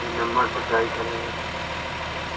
यह नंबर से ट्राई करेंगे ना पहले